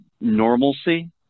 normalcy